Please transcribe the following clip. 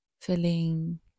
feeling